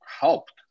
helped